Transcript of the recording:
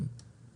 אנחנו